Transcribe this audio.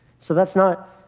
so that's not